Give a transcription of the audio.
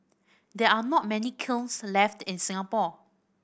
there are not many kilns left in Singapore